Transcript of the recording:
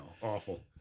Awful